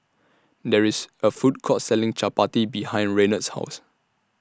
There IS A Food Court Selling Chapati behind Renard's House